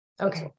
Okay